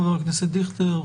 חבר הכנסת דיכטר,